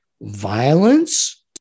violence